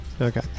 Okay